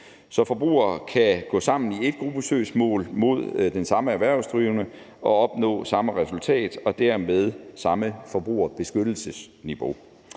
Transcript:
Så forbrugere kan gå sammen i et gruppesøgsmål mod den samme erhvervsdrivende og opnå samme resultat og dermed samme forbrugerbeskyttelsesniveau.